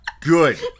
Good